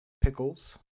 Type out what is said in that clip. Pickles